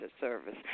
service